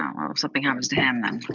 um well if something happens to him then.